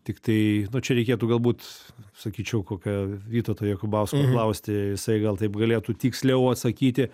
tiktai nu čia reikėtų galbūt sakyčiau kokią vytauto jokubausko klausti jisai gal taip galėtų tiksliau atsakyti